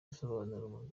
bisobanuro